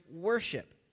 worship